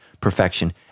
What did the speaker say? perfection